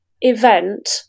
event